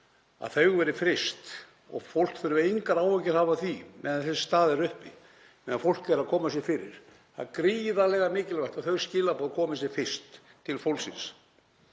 tekið verði fryst og fólk þurfi engar áhyggjur að hafa af því á meðan þessi staða er uppi, á meðan fólk er að koma sér fyrir. Það er gríðarlega mikilvægt að þau skilaboð komi sem fyrst til fólksins